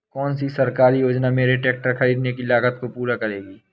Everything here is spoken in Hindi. कौन सी सरकारी योजना मेरे ट्रैक्टर ख़रीदने की लागत को पूरा करेगी?